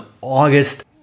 August